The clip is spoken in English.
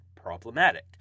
Problematic